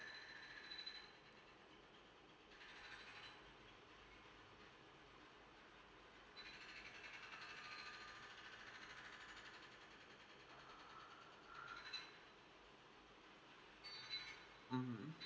mm